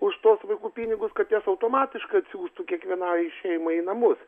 už tuos vaikų pinigus kad jas automatiškai atsiųstų kiekvienai šeimai į namus